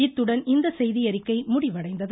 இத்துடன் இந்த செய்தியறிக்கை முடிவடைந்தது